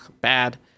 bad